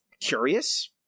curious